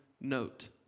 note